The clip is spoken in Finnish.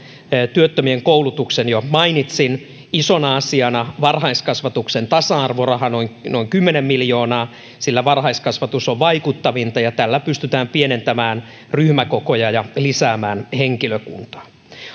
työttömien koulutuksen jo mainitsin isona asiana varhaiskasvatuksen tasa arvoraha noin noin kymmenen miljoonaa sillä varhaiskasvatus on vaikuttavinta ja tällä pystytään pienentämään ryhmäkokoja ja lisäämään henkilökuntaa